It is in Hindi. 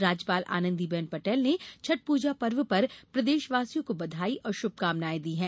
राज्यपाल आनंदीबेन पटेल ने छठ पूजा पर्व पर प्रदेशवासियों को बधाई और शुभकामनाएं दी हैं